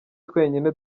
twenyine